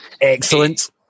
Excellent